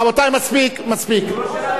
רבותי, מספיק, מספיק.